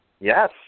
Yes